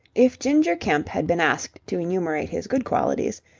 if ginger kemp had been asked to enumerate his good qualities,